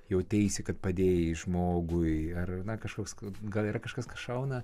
jauteisi kad padėjai žmogui ar na kažkoks kad gal ir kažkas kas šauna